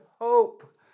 hope